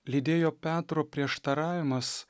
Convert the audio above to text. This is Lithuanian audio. lydėjo petro prieštaravimas